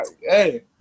Hey